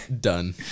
Done